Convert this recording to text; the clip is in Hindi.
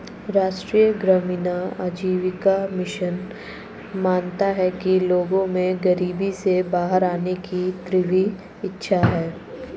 राष्ट्रीय ग्रामीण आजीविका मिशन मानता है कि लोगों में गरीबी से बाहर आने की तीव्र इच्छा है